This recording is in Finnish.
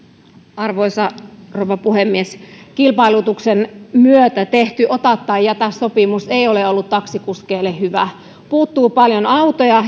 arvoisa rouva puhemies kilpailutuksen myötä tehty ota tai jätä sopimus ei ole ollut taksikuskeille hyvä puuttuu paljon autoja